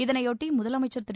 இதனையொட்டி முதலமைச்சர் திரு